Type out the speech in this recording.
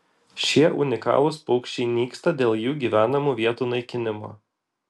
šie unikalūs paukščiai nyksta dėl jų gyvenamų vietų naikinimo